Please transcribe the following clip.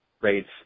rates